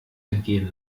entgehen